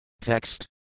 Text